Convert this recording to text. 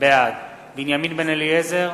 בעד בנימין בן-אליעזר,